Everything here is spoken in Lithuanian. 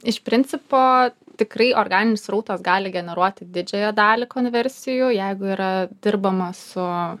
iš principo tikrai organinis srautas gali generuoti didžiąją dalį konversijų jeigu yra dirbama su